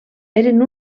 eren